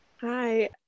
Hi